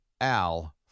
Al